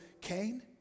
Cain